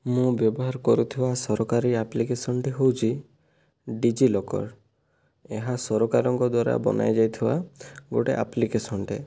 ମୁଁ ବ୍ୟବହାର କରୁଥିବା ସରକାରୀ ଆପ୍ଲିକେସନ ଟି ହେଉଛି ଡିଜି ଲକର ଏହା ସରକାରଙ୍କ ଦ୍ଵାରା ବନା ଯାଇଥିବା ଗୋଟିଏ ଆପ୍ଲିକେସନ ଟିଏ